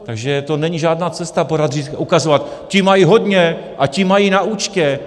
Takže to není žádná cesta pořád ukazovat ti mají hodně, a ti mají na účtě.